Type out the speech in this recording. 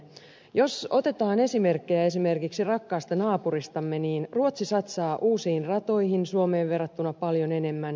jos otetaan esimerkkejä esimerkiksi rakkaasta naapuristamme niin ruotsi satsaa uusiin ratoihin suomeen verrattuna paljon enemmän